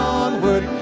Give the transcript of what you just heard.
onward